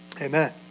Amen